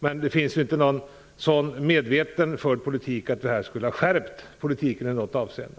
Någon sådan medveten politik finns emellertid inte så att det här skulle ha skärpt politiken i något avseende.